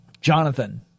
Jonathan